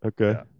Okay